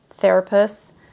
therapists